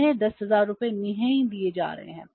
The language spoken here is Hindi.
उन्हें 10000 रुपये नहीं दिए जा रहे हैं